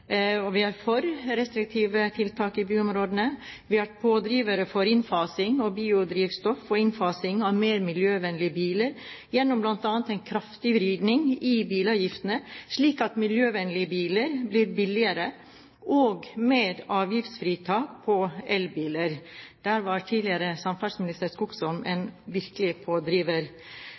sal. Vi er for restriktive tiltak i byområdene. Vi har vært pådrivere for innfasing av biodrivstoff og innfasing av mer miljøvennlige biler gjennom bl.a. en kraftig vridning i bilavgiftene, slik at miljøvennlige biler blir billigere, og med avgiftsfritak på elbiler. Der var tidligere samferdselsminister Skogsholm en virkelig pådriver.